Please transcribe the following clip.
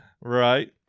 right